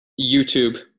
YouTube